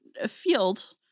afield